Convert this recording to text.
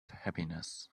happiness